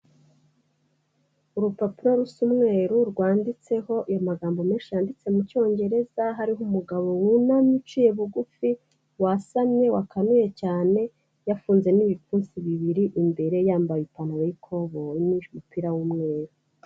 Urupapuro rusa umweru, rwanditseho amagambo menshi yanditse mu cyongereza, hariho umugabo wunamye uciye bugufi, wasamye, wakanuye cyane, yafunze n'ibipfunsi bibiri, imbere yambaye ipantaro y'ikobo n'umupira w'umweru.